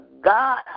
God